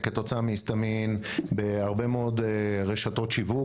כתוצאה מהיסטמין בהרבה מאוד רשתות שיווק,